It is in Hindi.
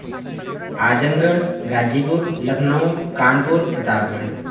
आजमगढ़ गाजीपुर लखनऊ कानपुर प्रतापगढ़